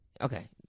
Okay